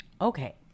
okay